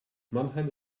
mannheim